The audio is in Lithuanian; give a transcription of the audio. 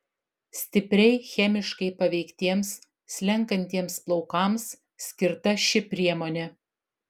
stipriai chemiškai paveiktiems slenkantiems plaukams skirta ši priemonė